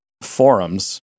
forums